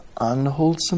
unwholesome